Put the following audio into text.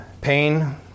pain